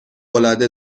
العاده